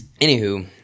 Anywho